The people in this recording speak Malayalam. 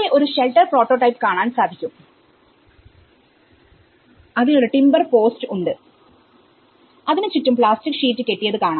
അവിടെ ഒരു ഷെൽട്ടർ പ്രോട്ടോടൈപ്പ് കാണാൻ സാധിക്കും അതിനൊരു ടിമ്പർ പോസ്റ്റ് ഉണ്ട് അതിന് ചുറ്റും പ്ലാസ്റ്റിക് ഷീറ്റ് കെട്ടിയത് കാണാം